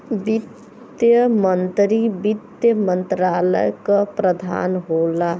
वित्त मंत्री वित्त मंत्रालय क प्रधान होला